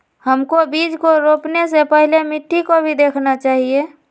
हमको बीज को रोपने से पहले मिट्टी को भी देखना चाहिए?